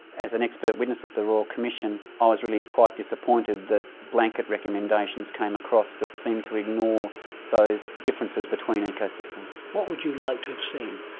as an expert witness at the royal commission i was really quite disappointed that blanket recommendations came across that seemed to ignore those differences between ecosystems. what would you like to have seen?